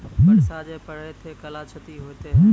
बरसा जा पढ़ते थे कला क्षति हेतै है?